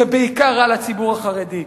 זה בעיקר רע לציבור החרדי.